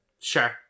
Sure